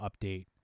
update